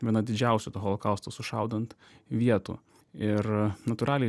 viena didžiausių to holokausto sušaudant vietų ir natūraliai